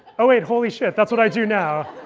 oh, wait. holy shit, that's what i do now.